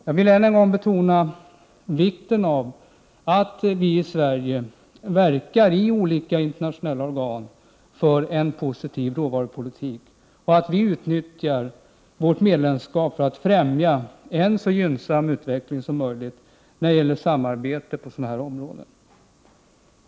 Jag vill än en gång betona vikten av att vi i Sverige verkar i olika internationella organ för en positiv råvarupolitik och att vi utnyttjar vårt medlemskap för att främja en så gynnsam utveckling som möjligt när det gäller samarbete på sådana här områden.